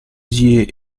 yeux